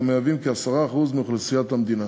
המהווים כ-10% מאוכלוסיית המדינה.